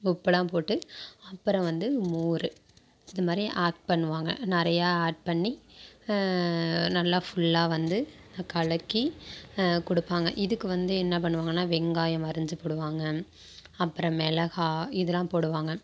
உப்புலாம் போட்டு அப்புறம் வந்து மோர் அதுமாதிரி ஆட் பண்ணுவாங்க நிறையா ஆட் பண்ணி நல்லா ஃபுல்லா வந்து கலக்கி கொடுப்பாங்க இதுக்கு வந்து என்ன பண்ணுவாங்கனா வெங்காயம் அரிஞ்சுக்கிடுவாங்க அப்புறம் மிளகா இதெல்லாம் போடுவாங்க